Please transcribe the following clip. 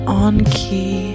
on-key